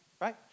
right